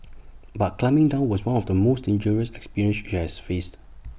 but climbing down was one of the most dangerous experience she she has faced